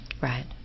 Right